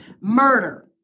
murder